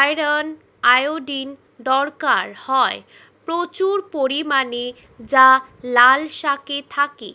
iron, iodine দরকার হয় প্রচুর পরিমাণে যা লাল শাকে থাকে